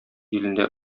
илендә